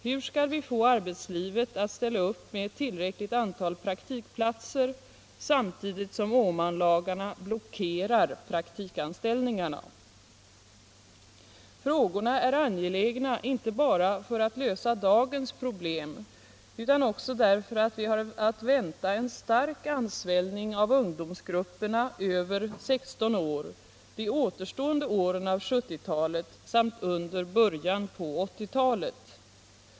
Hur skall vi få arbetslivet att ställa upp med ett tillräckligt antal praktikplatser samtidigt som Åmanlagarna blockerar praktikanställningarna? Frågorna är angelägna inte bara för att lösa dagens problem utan också därför att vi har att vänta en stark ansvällning av ungdomsgrupperna över 16 år de återstående åren av 1970-talet samt under början på 1980-talet.